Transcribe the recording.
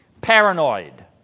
Paranoid